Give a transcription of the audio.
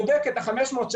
בודק את ה-500,000,